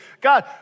God